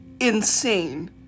insane